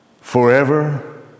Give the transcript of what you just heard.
forever